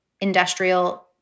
industrial